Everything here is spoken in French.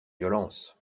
violence